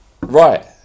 Right